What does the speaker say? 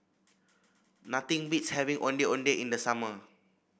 nothing beats having Ondeh Ondeh in the summer